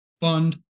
fund